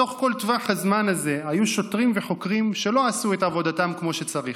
בתוך כל טווח הזמן הזה היו חוקרים ושוטרים שלא עשו את עבודתם כמו שצריך.